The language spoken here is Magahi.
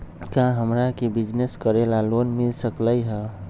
का हमरा के बिजनेस करेला लोन मिल सकलई ह?